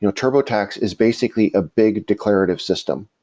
you know turbotax is basically a big declarative system.